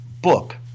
book